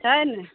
छै ने